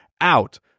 out